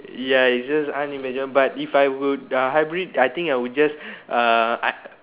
ya it's just unimaginable but if I were uh hybrid I think I would just uh I